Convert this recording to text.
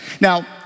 Now